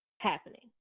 happening